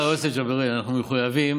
חברי היקר יוסף ג'בארין, אנחנו מחויבים,